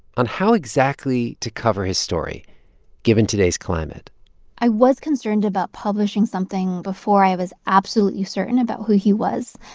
on how exactly to cover his story given today's climate i was concerned about publishing something before i was absolutely certain about who he was.